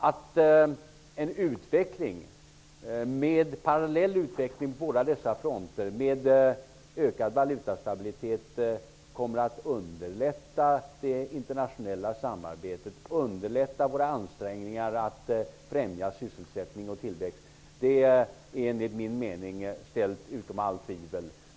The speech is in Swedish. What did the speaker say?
Att en parallell utveckling på båda dessa fronter, med ökad valutastabilitet, kommer att underlätta det internationella samarbetet, underlätta våra ansträngningar att främja sysselsättning och tillväxt, är enligt min mening ställt utom allt tvivel.